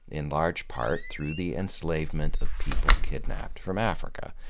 in large part through the enslavement of people kidnapped from africa.